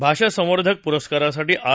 भाषा संवर्धक पुरस्कारासाठी आर